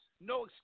No